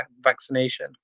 vaccination